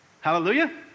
Hallelujah